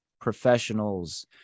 professionals